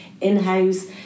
in-house